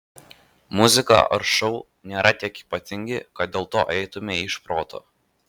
muzika ar šou nėra tiek ypatingi kad dėl to eitumei iš proto